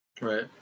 Right